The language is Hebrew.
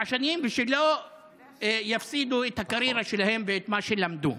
שנים וכדי שלא יפסידו את הקריירה שלהם ואת מה שלמדו.